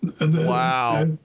Wow